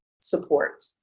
support